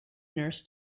nurse